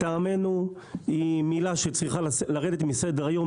לטעמנו היא מילה שצריכה לרדת מסדר היום.